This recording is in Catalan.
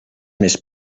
més